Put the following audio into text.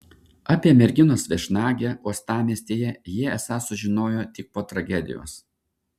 apie merginos viešnagę uostamiestyje jie esą sužinojo tik po tragedijos